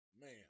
man